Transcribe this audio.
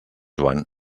joan